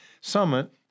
summit